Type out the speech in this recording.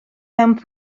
mewn